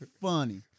funny